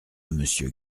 monsieur